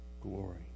glory